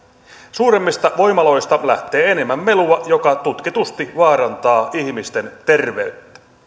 suuremmista voimaloista lähtee enemmän melua joka tutkitusti vaarantaa ihmisten terveyttä